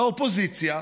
באופוזיציה,